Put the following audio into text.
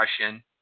Russian